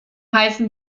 heißen